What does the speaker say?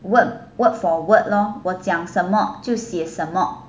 word word for word loh 我讲什么就写什么